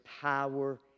power